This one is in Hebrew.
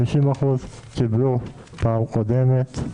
50% קיבלו בפעם הקודמת,